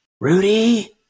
Rudy